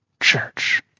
church